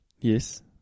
yes